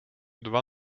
dva